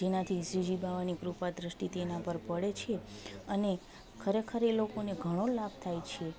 જેનાથી શ્રીજી બાવાની કૃપા દૃષ્ટિ તેના પર પડે છે અને ખરેખર એ લોકોને ઘણો લાભ થાય છે